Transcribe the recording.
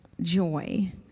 joy